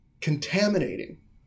contaminating